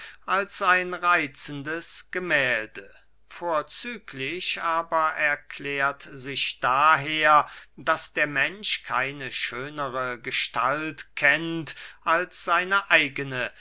als ein reitzendes gemählde vorzüglich aber erklärt sich daher daß der mensch keine schönere gestalt kennt als seine eigene